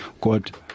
god